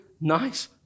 nice